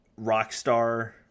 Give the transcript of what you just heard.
Rockstar